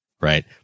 right